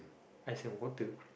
ice and water